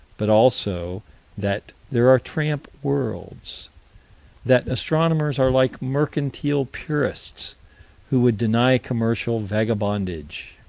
but also that there are tramp worlds that astronomers are like mercantile purists who would deny commercial vagabondage.